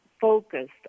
focused